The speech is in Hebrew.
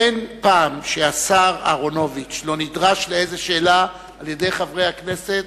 אין פעם שהשר אהרונוביץ נדרש לאיזו שאלה על-ידי חברי הכנסת,